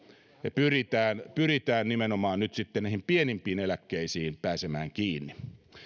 pyritään pyritään nimenomaan nyt sitten näihin pienimpiin eläkkeisiin pääsemään kiinni